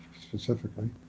specifically